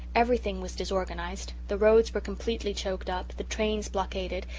everything was disorganized the roads were completely choked up, the trains blockaded,